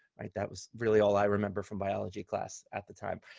that was really all i remember from biology class at the time.